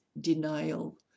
denial